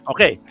Okay